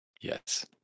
Yes